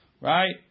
right